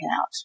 out